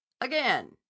again